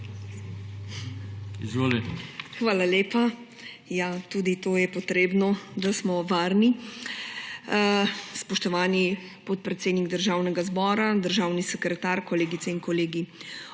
NSi): Hvala lepa. Tudi to je potrebno, da smo varni. Spoštovani podpredsednik Državnega zbora, državni sekretar, kolegice in kolegi!